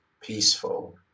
peaceful